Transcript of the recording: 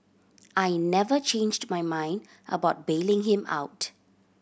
I never changed my mind about bailing him out